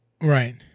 Right